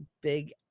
big